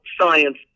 science